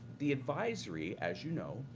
the advisory, as you know,